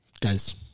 guys